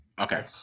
Okay